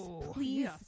Please